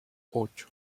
ocho